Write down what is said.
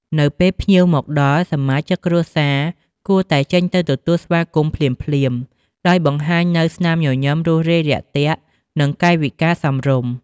នៅពេលភ្ញៀវមកដល់ សមាជិកគ្រួសារគួរតែចេញទៅទទួលស្វាគមន៍ភ្លាមៗ ដោយបង្ហាញនូវ ស្នាមញញឹមរួសរាយរាក់ទាក់ និង កាយវិការសមរម្យ។